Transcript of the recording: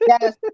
Yes